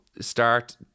start